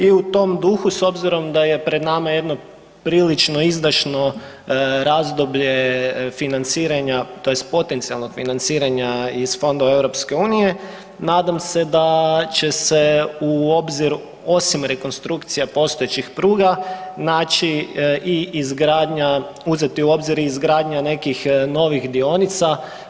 I u tom duhu s obzirom da je pred nama jedno prilično izdašno razdoblje financiranja tj. potencijalnog financiranja iz fondova EU, nadam se da će se u obzir osim rekonstrukcija postojećih pruga naći i izgradnja uzeti u obzir i izgradnja nekih novih dionica.